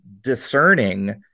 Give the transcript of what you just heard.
discerning